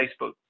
Facebook